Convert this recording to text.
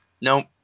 nope